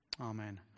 Amen